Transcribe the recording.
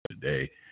today